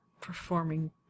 performing